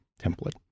template